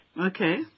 Okay